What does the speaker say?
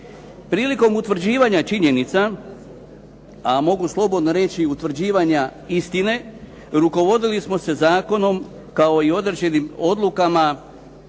Prilikom utvrđivanja činjenica a mogu slobodno reći i utvrđivanja istine rukovodili smo se zakonom kao i određenim odlukama